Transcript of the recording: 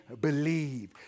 believe